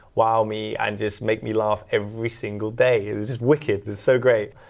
wow me and just make me laugh every single day, it's just wicked, it's so great.